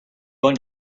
going